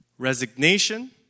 Resignation